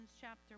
chapter